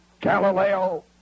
Galileo